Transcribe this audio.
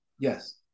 Yes